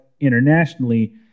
internationally